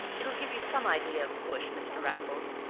it'll give you some idea of the bush, mr. raffles,